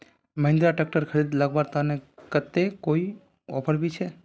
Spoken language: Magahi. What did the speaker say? महिंद्रा ट्रैक्टर खरीद लगवार केते अभी कोई ऑफर भी छे?